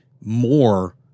more